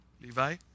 Levi